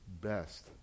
best